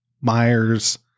Myers